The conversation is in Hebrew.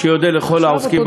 שיודה לכל העוסקים במלאכה.